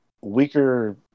weaker